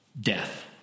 death